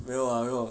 没有 lah 没有